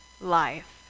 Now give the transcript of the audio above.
life